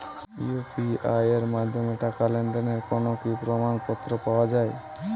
UPI এর মাধ্যমে টাকা লেনদেনের কোন কি প্রমাণপত্র পাওয়া য়ায়?